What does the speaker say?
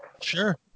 sure